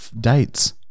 dates